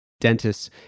dentists